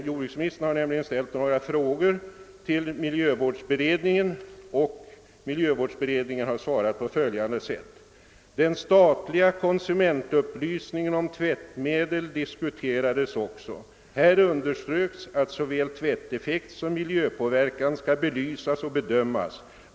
Jordbruksministern hade ställt några frågor till miljövårdsberedningen, och denna svarar bl.a. på följande sätt: >Den statliga konsumentupplysningen om tvättmedel diskuterades också. Här underströks att såväl tvätteffekt som miljöpåverkan skall belysas och bedömas.